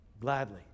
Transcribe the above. gladly